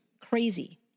crazy